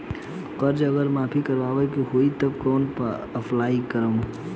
कर्जा अगर माफी करवावे के होई तब कैसे अप्लाई करम?